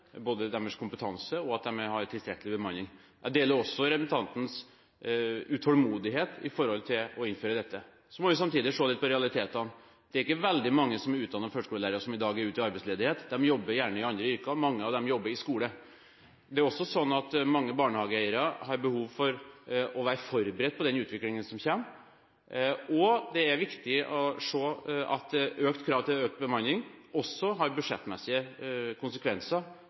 deres kompetanse og at de har tilstrekkelig bemanning. Jeg deler også representantens utålmodighet når det gjelder å innføre dette. Så må vi samtidig se litt på realitetene. Det er ikke veldig mange utdannede førskolelærere som i dag er arbeidsledige. De jobber gjerne i andre yrker, mange av dem jobber i skole. Mange barnehageeiere har behov for å være forberedt på den utviklingen som kommer, og det er viktig å se at økte krav til økt bemanning også har budsjettmessige konsekvenser